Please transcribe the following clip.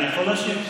אני יכול להשיב?